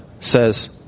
says